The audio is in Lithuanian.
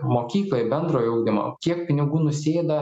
mokyklai bendrojo ugdymo kiek pinigų nusėda